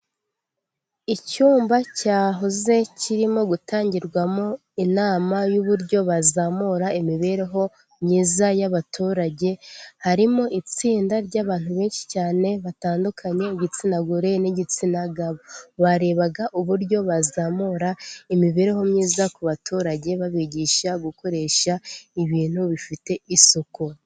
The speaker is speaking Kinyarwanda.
Icyumba cyahoze kirimo gutangirwamo inama y'uburyo bazamura imibereho myiza y'abaturage, harimo itsinda ry'abantu benshi cyane batandukanye igitsina gore n'igitsina gabo, barebaga uburyo bazamura imibereho myiza ku baturage, babigisha gukoresha ibintu bifite isuku.